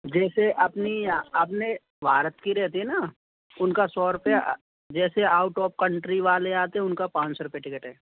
जैसे अपनी आप ने भारत की रहती है ना उनका सौ रुपये जैसे आउट ऑफ कंट्री वाले आते हैं उनका पाँच सौ रुपये टिकट है